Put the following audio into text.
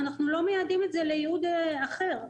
זה לייעוד אחר.